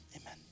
amen